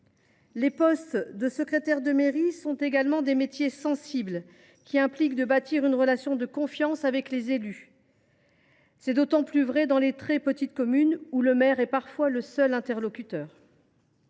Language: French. de budget. Secrétaire de mairie est également un métier sensible, qui implique de bâtir une relation de confiance avec les élus. C’est d’autant plus vrai dans les très petites communes, où le maire est parfois le seul interlocuteur